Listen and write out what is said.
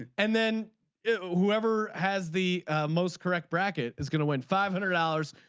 and and then whoever has the most correct bracket is going to win five hundred dollars.